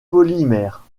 polymère